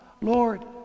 Lord